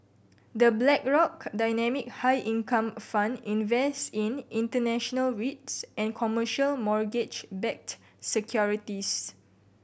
The Blackrock Dynamic High Income Fund invests in international rates and commercial mortgage backed securities